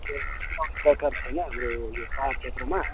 machine लगाउने दरकार छैन यो पहाड क्षेत्रमा